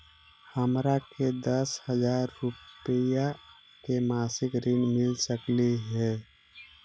हमरा के दस हजार रुपया के मासिक ऋण मिल सकली हे?